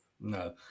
No